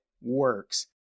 works